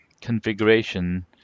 configuration